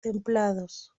templados